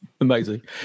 Amazing